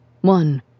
One